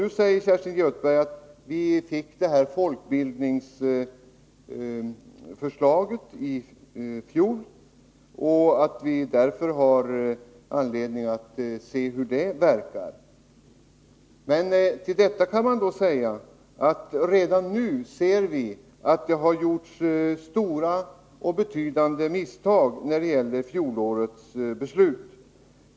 Nu säger Kerstin Göthberg att vi har anledning att först se hur det folkbildningsbeslut som fattades i fjol verkar. Men till det kan sägas att man redan nu ser att det har gjorts stora och betydande misstag i fjolårets beslut.